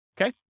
Okay